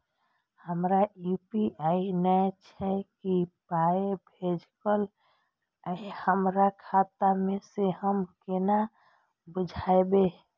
हमरा यू.पी.आई नय छै कियो पाय भेजलक यै हमरा खाता मे से हम केना बुझबै?